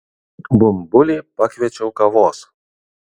bumbulį pakviečiau kavos